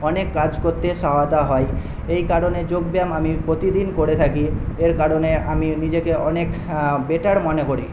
অনেক কাজ করতে সহায়তা হয় এই কারণে যোগব্যায়াম আমি প্রতিদিন করে থাকি এর কারণে আমি নিজেকে অনেক বেটার মনে করি